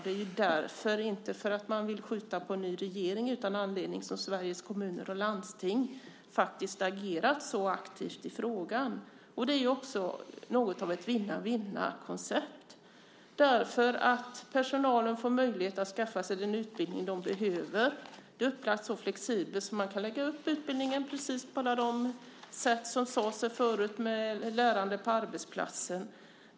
Det är därför - inte för att man utan anledning vill skjuta på en ny regering - som Sveriges Kommuner och Landsting har agerat så aktivt i frågan. Detta är också något av ett vinna-vinna-koncept. Personalen får möjlighet att skaffa sig den utbildning de behöver. Det är upplagt flexibelt, så att man kan få med allt det som nämndes förut, till exempel lärande på arbetsplatsen.